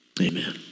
Amen